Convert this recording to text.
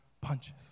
punches